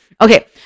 okay